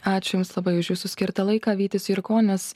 ačiū jums labai už jūsų skirtą laiką vytis jurkonis